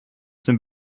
dem